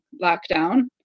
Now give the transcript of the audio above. lockdown